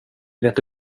leta